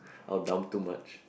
I'll dump too much